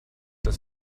das